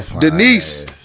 Denise